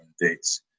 dates